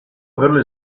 averlo